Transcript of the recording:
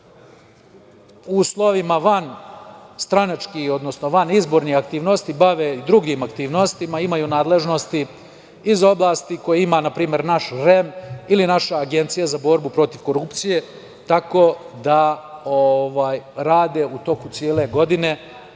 u uslovima vanstranačkih, odnosno vanizbornih aktivnosti bave i drugim aktivnostima, imaju nadležnosti iz oblasti koje ima npr. naš REM ili naša Agencija za borbu protiv korupcije, tako da rade u toku cele godine